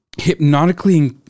hypnotically